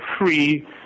free